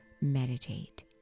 meditate